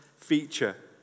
feature